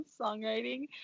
songwriting